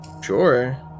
Sure